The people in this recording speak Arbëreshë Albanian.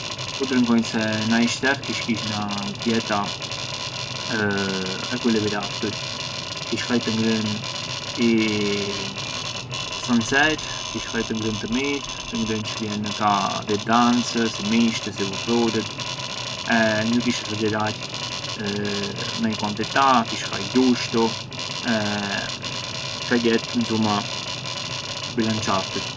U drëngonj se na ishter kish kish na dieta ekuilibrartur, kish hajë të ngrënë i sancer, kish hajë të ngrënë të mirë, të ngrënë çë vjen ka- di dancë, si misht, vurdhurët, e ngë kish esaxherarjë me i quantita, kish hajë gjushtu ka jetë incuma, bilançartur.